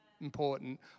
important